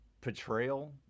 portrayal